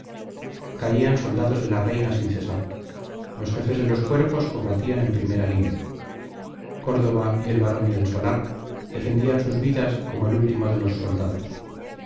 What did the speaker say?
caían soldados de la reina sin cesar los jefes de los cuerpos combatían en primera línea córdoba y el barón del solar defendían sus vidas como el último de los soldados